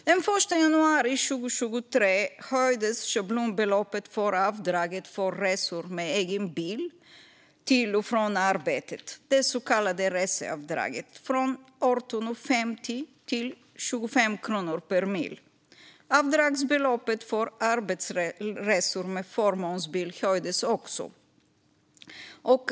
Den 1 januari 2023 höjdes schablonbeloppet för avdraget för resor med egen bil till och från arbetet, det så kallade reseavdraget, från 18,50 till 25 kronor per mil. Avdragsbeloppet för arbetsresor med förmånsbil höjdes också.